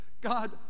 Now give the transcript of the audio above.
God